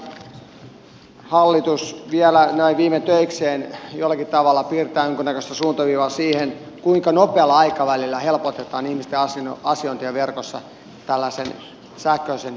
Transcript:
toivonkin että hallitus vielä näin viime töikseen jollakin tavalla piirtää jonkunnäköistä suuntaviivaa siihen kuinka nopealla aikavälillä helpotetaan ihmisten asiointia verkossa sähköisen tunnistamisen avulla